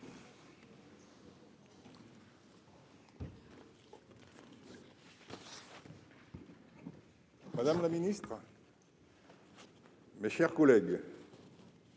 Madame la ministre, mes chers collègues,